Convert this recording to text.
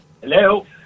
Hello